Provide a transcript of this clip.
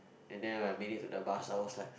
and then I made it to the bus I was like